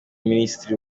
minisitiri